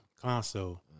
console